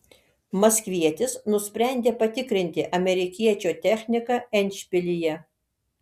maskvietis nusprendė patikrinti amerikiečio techniką endšpilyje